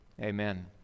amen